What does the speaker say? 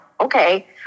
Okay